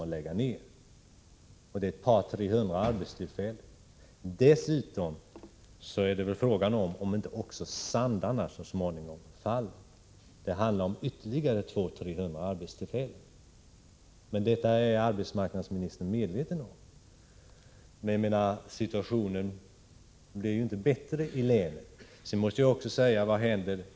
Det gäller där ett par tre hundra arbetstillfällen. Dessutom är väl frågan om inte också Sandarne så småningom faller. Det handlar om ytterligare 200-300 arbetstillfällen. Allt detta är arbetsmarknadsministern medveten om; situationen i länet blir inte bättre.